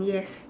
yes